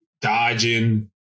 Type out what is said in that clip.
dodging